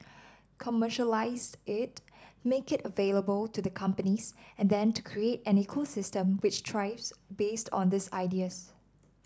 commercialise it make it available to the companies and then to create an ecosystem which thrives based on these ideas